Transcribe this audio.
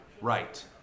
right